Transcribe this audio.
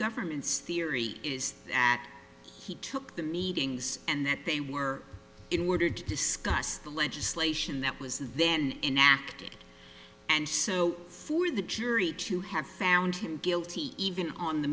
government's theory is that he took the meetings and that they were in order to discuss the legislation that was then enacted and so for the jury to have found him guilty even on the